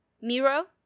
miro